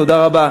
תודה רבה.